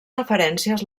referències